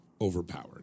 overpowered